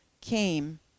came